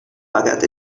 pecat